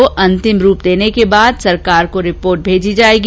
मसौदे को अंतिम रूप देने के बाद सरकार को रिपोर्ट भेजी जाएगी